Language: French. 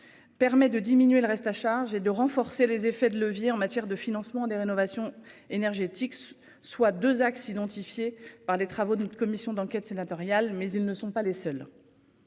Permet de diminuer le reste à charge est de renforcer les effets de leviers en matière de financement des rénovations énergétiques, soit 2 axes identifiés par les travaux d'une commission d'enquête sénatoriale, mais ils ne sont pas les seuls.